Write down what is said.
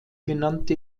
genannte